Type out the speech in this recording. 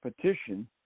petition